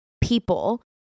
people